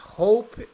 hope